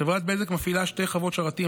חברת בזק מפעילה שתי חוות שרתים.